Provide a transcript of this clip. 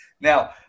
Now